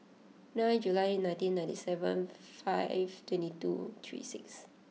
nine July nineteen ninety seven five twenty two three six